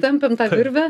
tempėm tą virvę